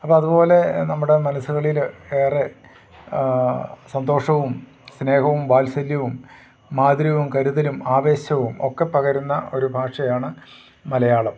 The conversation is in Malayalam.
അപ്പം അതുപോലെ നമ്മുടെ മനസ്സുകളിൽ ഏറെ സന്തോഷവും സ്നേഹവും വാത്സല്യവും മാധുര്യവും കരുതലും ആവേശവും ഒക്കെ പകരുന്ന ഒരു ഭാഷയാണ് മലയാളം